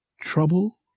trouble